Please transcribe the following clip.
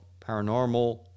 paranormal